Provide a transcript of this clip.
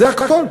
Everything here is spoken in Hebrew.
זה הכול.